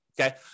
okay